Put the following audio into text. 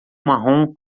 marrom